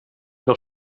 del